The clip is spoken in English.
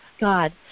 God